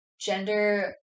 gender